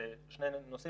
זה שני נושאים,